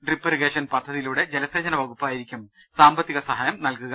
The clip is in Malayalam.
ഡ്രിപ്പ് ഇറിഗേഷൻ പദ്ധതിയിലൂടെ ജലസേചനവകുപ്പായിരിക്കും സാമ്പത്തിക സഹായം നല്കുക